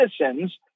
citizens